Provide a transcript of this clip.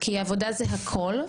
כי עבודה זה הכל.